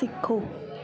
ਸਿੱਖੋ